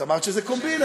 את אמרת שזה קומבינה.